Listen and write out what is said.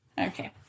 Okay